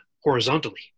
horizontally